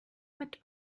mit